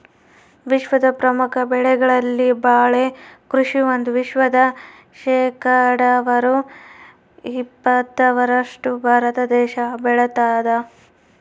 ವಿಶ್ವದ ಪ್ರಮುಖ ಬೆಳೆಗಳಲ್ಲಿ ಬಾಳೆ ಕೃಷಿ ಒಂದು ವಿಶ್ವದ ಶೇಕಡಾವಾರು ಇಪ್ಪತ್ತರಷ್ಟು ಭಾರತ ದೇಶ ಬೆಳತಾದ